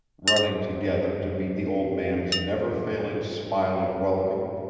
running together to meet the old man's never-failing smile of welcome!